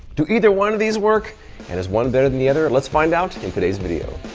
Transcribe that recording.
do either one of these work and is one better than the other? let's find out in today's video.